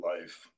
life